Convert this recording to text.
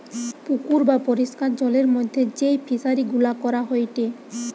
পুকুর বা পরিষ্কার জলের মধ্যে যেই ফিশারি গুলা করা হয়টে